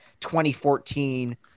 2014